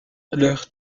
leurs